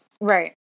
Right